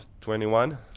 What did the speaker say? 21